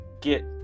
get